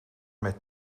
met